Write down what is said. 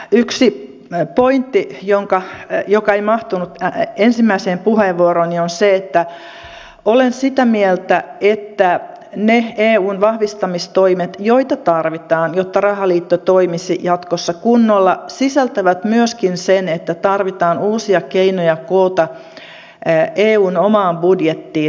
yksi pointti joka ei mahtunut ensimmäiseen puheenvuorooni on se että olen sitä mieltä että ne eun vahvistamistoimet joita tarvitaan jotta rahaliitto toimisi jatkossa kunnolla sisältävät myöskin sen että tarvitaan uusia keinoja koota eun omaan budjettiin varoja